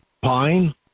pine